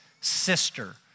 sister